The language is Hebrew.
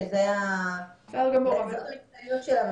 שזה המומחיות שלהם,